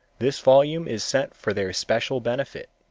this volume is sent for their special benefit.